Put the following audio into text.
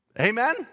Amen